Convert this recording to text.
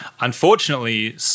Unfortunately